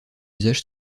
usage